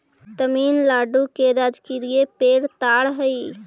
तमिलनाडु के राजकीय पेड़ ताड़ हई